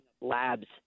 labs